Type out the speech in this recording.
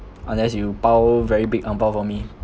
unless you bao very big ang bao for me